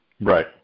Right